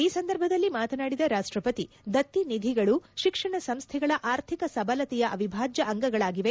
ಈ ಸಂದರ್ಭದಲ್ಲಿ ಮಾತನಾಡಿದ ರಾಷ್ಷಪತಿ ದತ್ತಿ ನಿಧಿಗಳು ಶಿಕ್ಷಣ ಸಂಸ್ಥೆಗಳ ಆರ್ಥಿಕ ಸಬಲತೆಯ ಅವಿಭಾಜ್ಯ ಅಂಗಗಳಾಗಿವೆ